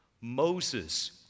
Moses